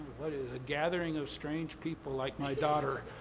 what is it, a gathering of strange people like my daughter.